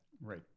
Right